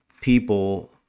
people